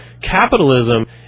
Capitalism